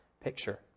picture